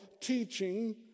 teaching